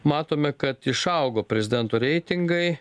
matome kad išaugo prezidento reitingai